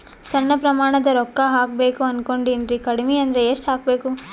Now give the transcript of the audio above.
ಸಣ್ಣ ಪ್ರಮಾಣದ ರೊಕ್ಕ ಹಾಕಬೇಕು ಅನಕೊಂಡಿನ್ರಿ ಕಡಿಮಿ ಅಂದ್ರ ಎಷ್ಟ ಹಾಕಬೇಕು?